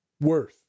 worth